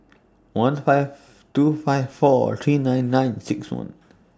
one five two five four three nine nine six one